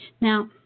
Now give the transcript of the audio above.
Now